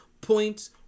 Points